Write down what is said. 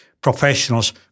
professionals